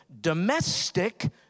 domestic